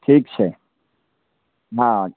ठीक छै हाँ